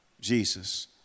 Jesus